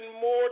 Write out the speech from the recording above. more